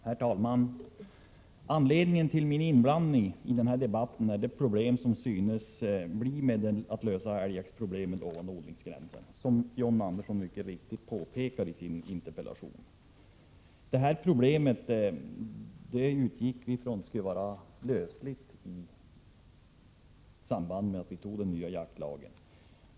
Herr talman! Anledningen till min inblandning i den här debatten är de svårigheter som synes uppstå med att lösa problemen kring älgjakten ovan odlingsgränsen, problem som Andersson mycket riktigt pekar på i sin interpellation. Vi utgick ifrån att dessa problem skulle vara möjliga att lösa i samband med att vi antog den nya jaktlagen.